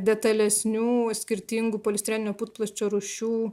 detalesnių skirtingų polistireninio putplasčio rūšių